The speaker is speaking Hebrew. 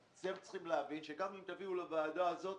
אתם צריכים להבין שגם אם תביאו לוועדה הזאת,